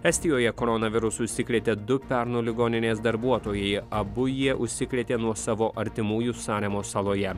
estijoje koronavirusu užsikrėtė du pernu ligoninės darbuotojai abu jie užsikrėtė nuo savo artimųjų saremos saloje